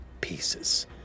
pieces